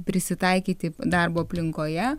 prisitaikyti darbo aplinkoje